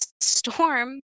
storm